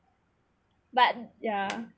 but ya